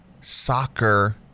soccer